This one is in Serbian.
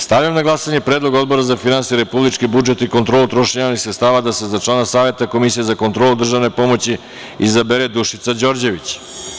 Stavljam na glasanje Predlog Odbora za finansije, republički budžet i kontrolu trošenja javnih sredstava da se za člana Saveta Komisije za kontrolu državne pomoći izabere Dušica Đorđević.